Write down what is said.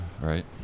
right